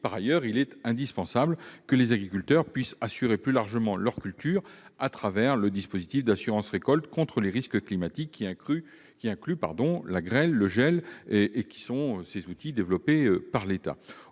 Par ailleurs, il est indispensable que les agriculteurs puissent assurer plus largement leurs cultures à travers le dispositif d'assurance récolte contre les risques climatiques, incluant la grêle ou le gel, développé par l'État.